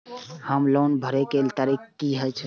हमर लोन भरए के तारीख की ये?